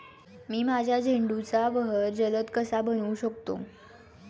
मी माझ्या झेंडूचा बहर जलद कसा बनवू शकतो?